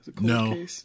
No